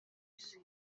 isi